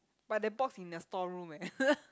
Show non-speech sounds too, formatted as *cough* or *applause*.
but that box in the store room eh *laughs*